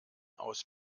aus